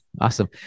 Awesome